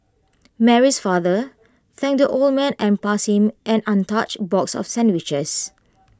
Mary's father thanked the old man and passed him an untouched box of sandwiches